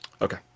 Okay